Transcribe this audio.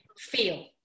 feel